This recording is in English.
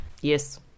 Yes